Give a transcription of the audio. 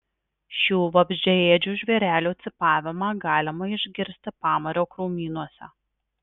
šių vabzdžiaėdžių žvėrelių cypavimą galima išgirsti pamario krūmynuose